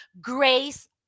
grace